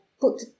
put